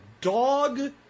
dog